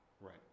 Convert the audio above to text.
right